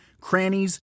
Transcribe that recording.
crannies